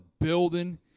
building